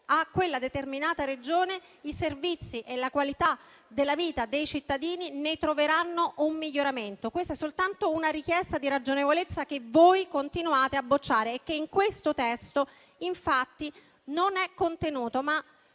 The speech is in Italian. a quella determinata Regione, i servizi e la qualità della vita dei cittadini ne troveranno un miglioramento. Questa è soltanto una richiesta di ragionevolezza che voi continuate a bocciare e che in questo testo non è contenuta. Ma